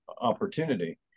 opportunity